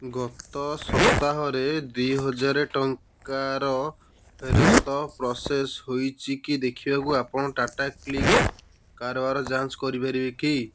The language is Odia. ଗତ ସପ୍ତାହରେ ଦୁଇହଜାରେ ଟଙ୍କାର ଫେରସ୍ତ ପ୍ରସେସ୍ ହେଇଛି କି ଦେଖିବାକୁ ଆପଣ ଟାଟାକ୍ଲିକ୍ କାରବାର ଯାଞ୍ଚ କରିପାରିବେ କି